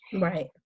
Right